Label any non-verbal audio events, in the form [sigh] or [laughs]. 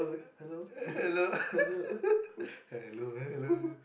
hello [laughs] hello hello